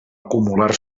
acumular